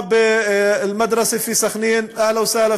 (אומר דברים בשפה הערבית,